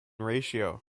ratio